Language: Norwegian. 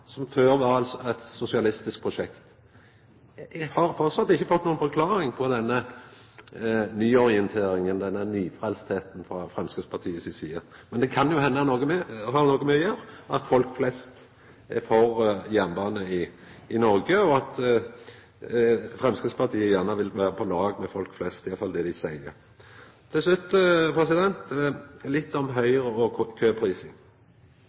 som før var eit sosialistisk prosjekt. Eg har framleis ikkje fått noka forklaring på denne nyorienteringa, denne nyfrelstheita, frå Framstegspartiet si side. Men det kan jo henda at det har noko å gjera med at folk flest er for jernbane i Noreg, og at Framstegspartiet gjerne vil vera på lag med folk flest. Det er iallfall det dei seier. Til slutt litt om Høgre og køprising.